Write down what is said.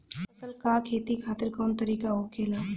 फसल का खेती खातिर कवन तरीका होखेला?